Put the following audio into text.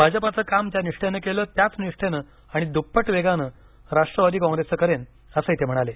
भाजपाचं काम ज्या निष्ठेनं केलं त्याच निष्ठेनं आणि दृप्पट वेगानं राष्ट्वादी काँप्रेसचं करेन असंही ते म्हणाले